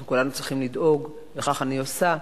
אז כולנו צריכים לדאוג, וכך אני עושה,